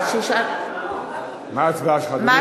בעד רונן הופמן,